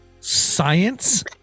science